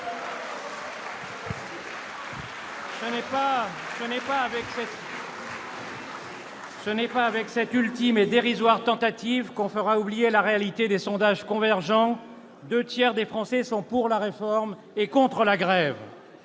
ce n'est pas avec cette ultime et dérisoire tentative qu'on fera oublier la réalité de sondages convergents : les deux tiers des Français sont pour la réforme et contre la grève.